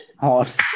Horse